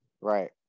Right